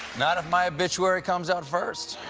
not if my obituary comes out first.